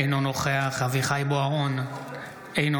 אינו נוכח אביחי אברהם בוארון,